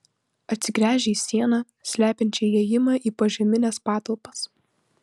atsigręžė į sieną slepiančią įėjimą į požemines patalpas